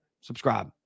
subscribe